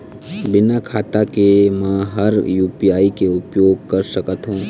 बिना खाता के म हर यू.पी.आई के उपयोग कर सकत हो?